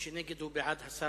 מי שנגד, הוא בעד הסרה.